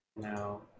No